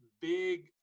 big